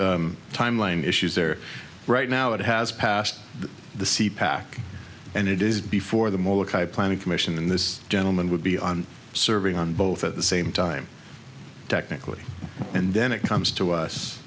timeline issues there right now it has passed the c pac and it is before the mall akai planning commission this gentleman would be on serving on both at the same time technically and then it comes to us